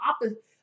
opposite